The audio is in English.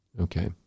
Okay